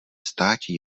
státi